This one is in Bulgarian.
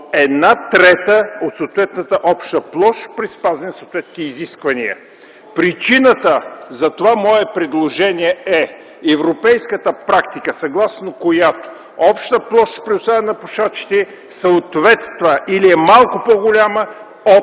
една трета от съответната обща площ при спазване на съответните изисквания. Причината за това мое предложение е европейската практика, съгласно която общата площ, предоставена на пушачите, съответства или е малко по-голяма от